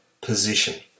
position